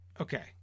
Okay